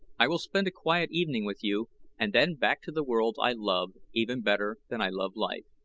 i will spend a quiet evening with you and then back to the world i love even better than i love life.